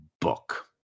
book